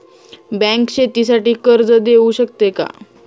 Bank शेतीसाठी कर्ज देऊ शकते का?